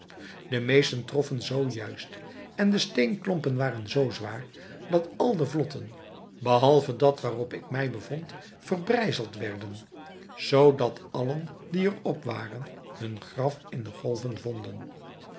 de meesten troffen zoo juist en de steenklompen waren zoo zwaar dat al de vlotten behalve dat waarop ik mij bevond verbrijzeld werden zoodat allen die er op waren hun graf in de golven vonden